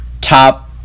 top